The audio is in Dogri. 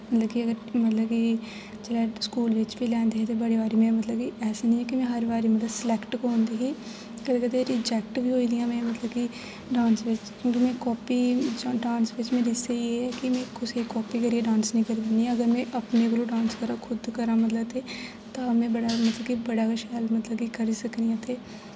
मतलब कि मतलब कि जोल्लै स्कूल बिच्च बी लैंदे हे ते बड़ी बार मतलब कि ऐसा निं ऐ कि में हर बारी सलैक्ट गै होंदी ही कदे कदे रिजैक्ट बी होई दी आं में मतलब कि डांस बिच्च औह्दे बिच्च कापी डांस बिच्च मेरी स्हेई कुसे दी कापी करियै डांस निं करनी आं अगर में अपने कोला डांस करग खुद करां मतलब ते तां में बड़ा बड़ा गै शैल मतलब के करी सकनी आं ते